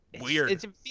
weird